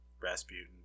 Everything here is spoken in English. Rasputin